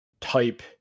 type